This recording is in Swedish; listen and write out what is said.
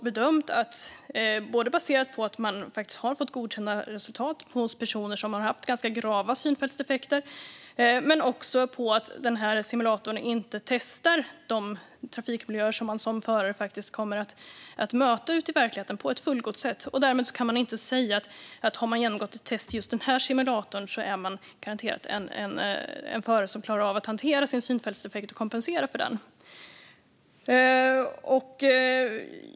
Baserat på att man faktiskt har fått godkända resultat hos personer som har haft ganska grava synfältsdefekter och på att denna simulator inte på ett fullgott sätt testar de trafikmiljöer som man som förare faktiskt kommer att möta ute i verkligheten kan man inte säga att en person som har genomgått ett test i just denna simulator garanterat är en förare som klarar av att hantera sin synfältsdefekt och kompensera för den.